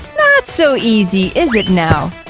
not so easy, is it now?